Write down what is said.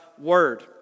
Word